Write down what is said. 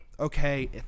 Okay